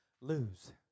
lose